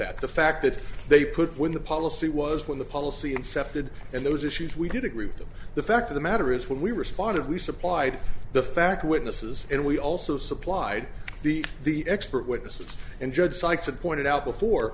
that the fact that they put when the policy was when the policy accepted and those issues we did agree with them the fact of the matter is when we respond as we supplied the fact witnesses and we also supplied the the expert witnesses and judge sykes had pointed out before